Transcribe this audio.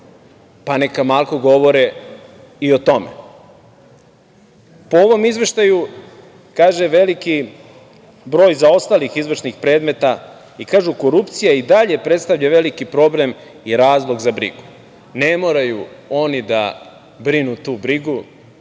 pa, neka malko govore i o tome. Po ovom izveštaju, kaže, veliki broj zaostalih izvršnih predmeta i kažu - korupcija i dalje predstavlja veliki problem i razlog za brigu. Ne moraju oni da brinu tu brigu,